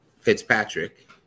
Fitzpatrick